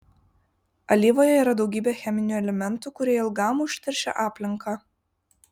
alyvoje yra daugybė cheminių elementų kurie ilgam užteršia aplinką